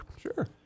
Sure